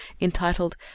entitled